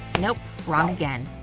nope, wrong again.